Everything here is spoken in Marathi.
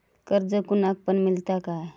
कर्ज कोणाक पण मेलता काय?